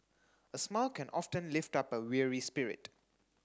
a smile can often lift up a weary spirit